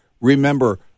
Remember